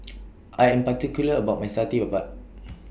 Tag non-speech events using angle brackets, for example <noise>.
<noise> I Am particular about My Satay Babat